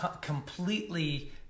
completely